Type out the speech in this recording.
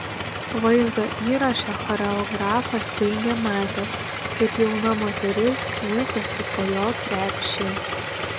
vaizdo įraše choreografas teigė matęs kaip jauna moteris knisasi po jo krepšį